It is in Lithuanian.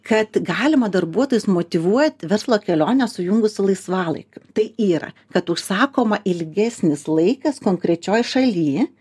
kad galima darbuotojus motyvuot verslo kelionę sujungus su laisvalaikiu tai yra kad užsakoma ilgesnis laikas konkrečioj šaly